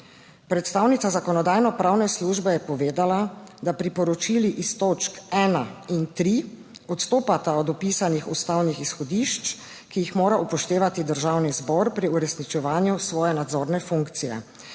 Predstavnica Zakonodajno-pravne službe je povedala, da priporočili iz točk ena in tri odstopata od vpisanih ustavnih izhodišč, ki jih mora upoštevati Državni zbor pri uresničevanju svoje nadzorne funkcije.